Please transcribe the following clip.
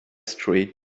street